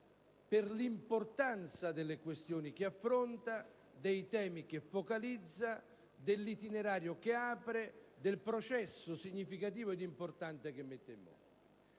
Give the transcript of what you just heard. per l'importanza delle questioni che affronta, dei temi che focalizza, dell'itinerario che apre, del processo significativo e importante che mette in moto.